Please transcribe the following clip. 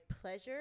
pleasure